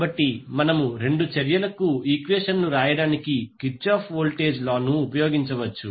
కాబట్టి మనము రెండు చర్యలకు ఈక్వెషన్లను వ్రాయడానికి కిర్చాఫ్స్ Kirchoff's వోల్టేజ్ లా ను ఉపయోగించవచ్చు